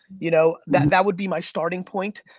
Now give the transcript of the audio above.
you know that would be my starting point,